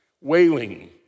wailing